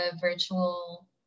virtual